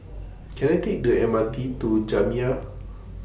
Can I Take The M R T to Jamiyah